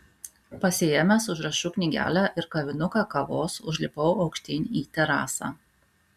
pasiėmęs užrašų knygelę ir kavinuką kavos užlipau aukštyn į terasą